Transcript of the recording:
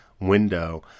window